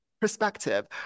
perspective